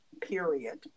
period